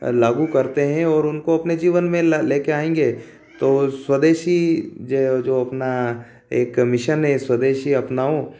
लागू करते हैं और उनको अपने जीवन में ल लेके आएँगे तो स्वदेशी ये जो अपना एक मिशन है स्वदेशी अपनाओ